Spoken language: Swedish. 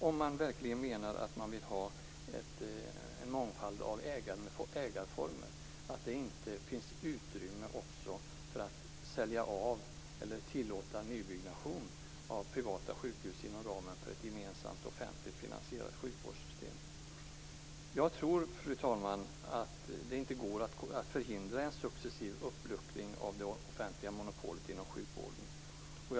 Om man verkligen menar att man vill ha en mångfald av ägarformer kan jag inte från den utgångspunkten förstå att det inte finns utrymme också för att sälja av eller tillåta nybyggnation av privata sjukhus inom ramen för ett gemensamt offentligt finansierat sjukvårdssystem. Jag tror, fru talman, att det inte går att förhindra en successiv uppluckring av det offentliga monopolet inom sjukvården.